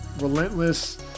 relentless